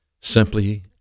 simply